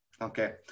Okay